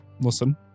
Listen